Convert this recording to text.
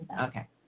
okay